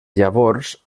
llavors